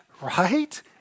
right